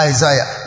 Isaiah